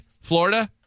Florida